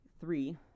three